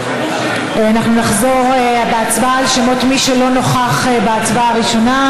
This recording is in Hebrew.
אנחנו נחזור בהצבעה על שמות מי שלא נכח בהצבעה הראשונה,